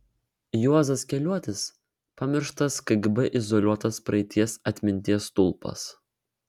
juozas keliuotis pamirštas kgb izoliuotas praeities atminties stulpas